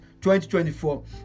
2024